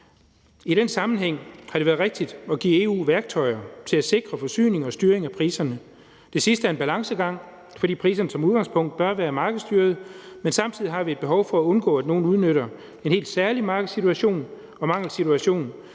I den sammenhæng har det været rigtigt at give EU værktøjer til at sikre forsyning og styring af priserne. Det sidste er en balancegang, fordi priserne som udgangspunkt bør være markedsstyrede, men samtidig har vi et behov for at undgå, at nogen udnytter en helt særlig markedssituation og mangelsituation.